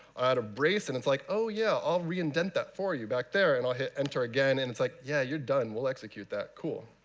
i add a brace and it's like, oh yeah, i'll re-indent that for you back there. and i'll hit enter again and it's like yeah, you're done. we'll execute that. cool.